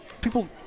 people